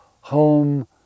home